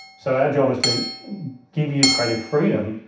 so our job is to give you you creative freedom,